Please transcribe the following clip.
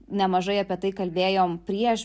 nemažai apie tai kalbėjom prieš